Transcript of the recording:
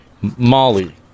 Molly